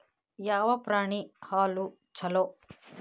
ಯಾವ ಪ್ರಾಣಿ ಹಾಲು ಛಲೋ?